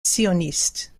sionistes